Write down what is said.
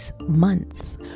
months